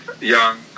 young